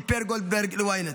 סיפר גולדברג ל-ynet,